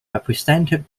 represented